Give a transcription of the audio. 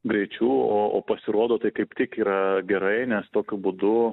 greičiu o o pasirodo tai kaip tik yra gerai nes tokiu būdu